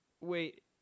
wait